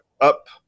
up